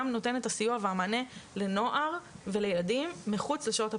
נותן את הסיוע והמענה לנוער ולילדים מחוץ לשעות הפעילות,